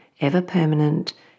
ever-permanent